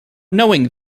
knowing